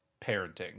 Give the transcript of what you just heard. parenting